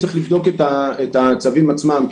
צריך לבדוק את הצווים עצמם.